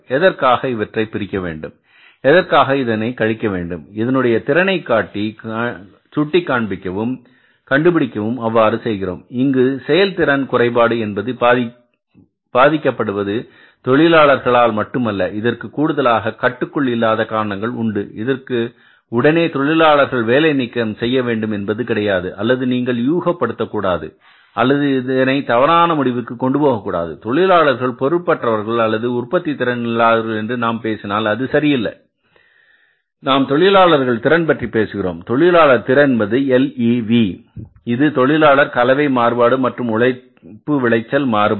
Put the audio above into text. எதற்காக இவற்றை பிரிக்க வேண்டும் எதற்காக இதனை கழிக்கவேண்டும் இதனுடைய திறனை சுட்டி காண்பிக்கவும் கண்டுபிடிக்கவும் அவ்வாறு செய்கிறோம் இங்கு செயல்திறன் குறைபாடு என்பது பாதிக்கப்படுவது தொழிலாளர்களால் மட்டும் அல்ல இதற்கு கூடுதலாக கட்டுக்குள் இல்லாத காரணங்கள் உண்டு இதற்கு உடனே தொழிலாளர்களை வேலைநீக்கம் செய்ய வேண்டும் என்பது கிடையாது அல்லது நீங்கள் யூக படுத்தக்கூடாது அல்லது இதனை தவறான முடிவுக்கு கொண்டு போகக்கூடாது தொழிலாளர்கள் பொறுப்பற்றவர்கள் அல்லது உற்பத்தி திறன் இல்லாதவர்கள் என்று நாம் பேசினால் அது சரியல்ல நாம் தொழிலாளர் திறன் பற்றி பேசுகிறோம் தொழிலாளர் திறன் என்பது LEV இது தொழிலாளர் கலவை மாறுபாடு மற்றும் உழைப்பு விளைச்சல் மாறுபாடு